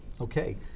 Okay